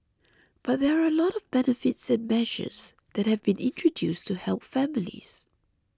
but there are a lot of benefits and measures that have been introduced to help families